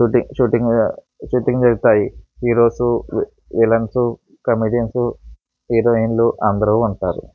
షూటింగులు జరుగుతాయి heroes villains comedians హీరోయిన్లు అందరు ఉంటారు